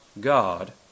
God